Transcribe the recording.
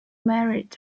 married